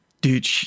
dude